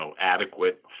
adequate